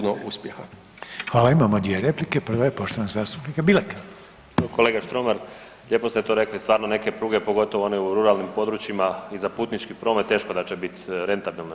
Evo kolega Štromar, lijepo ste to rekli, stvarno neke pruge pogotovo one u ruralnim područjima i za putnički promet teško da će bit rentabilne.